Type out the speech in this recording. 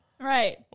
Right